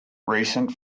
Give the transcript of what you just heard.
recent